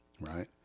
right